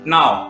Now